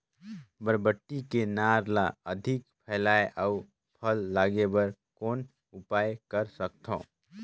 बरबट्टी के नार ल अधिक फैलाय अउ फल लागे बर कौन उपाय कर सकथव?